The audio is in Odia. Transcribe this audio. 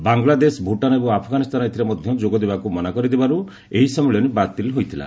ବାଂଲାଦେଶ ଭୂଟାନ ଏବଂ ଆଫଗାନିସ୍ଥାନ ଏଥିରେ ମଧ୍ୟ ଯୋଗଦେବାକୁ ମନା କରିଦେବାରୁ ଏହି ସମ୍ମିଳନୀ ବାତିଲ ହୋଇଥିଲା